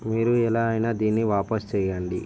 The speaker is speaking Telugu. మీరు ఎలా అయినా దీన్నీ వాపసు చేయండి